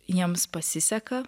jiems pasiseka